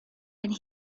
and